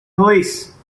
police